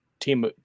team